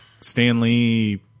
Stanley